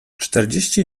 czterdzieści